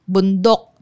Bundok